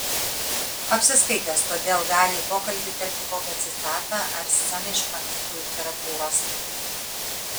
apsiskaitęs todėl gali į pokalbį įterpti kokią citatą ar sceną iš prancūzų literatūros